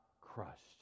crushed